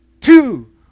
two